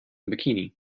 bikini